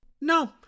No